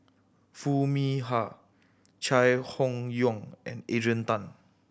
Foo Mee Har Chai Hon Yoong and Adrian Tan